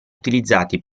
utilizzati